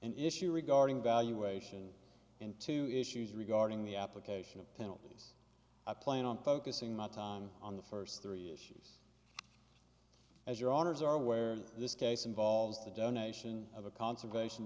and issue regarding valuation into issues regarding the application of penalties i plan on focusing my time on the first three issues as your orders are where this case involves the donation of a conservation